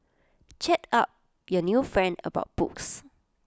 chat up your new friend about books